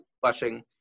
flushing